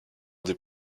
des